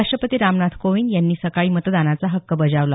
राष्ट्रपती रामनाथ कोविंद यांनी सकाळी मतदानाचा हक्क बजावला